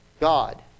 God